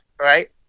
right